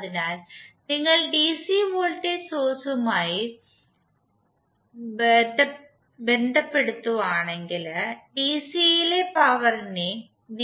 അതിനാൽ നിങ്ങൾ DC voltage source പവറുമായി ബന്ധപ്പെടുത്തുവാനെങ്കിൽ ഡിസിയിൽ പവറിനെ v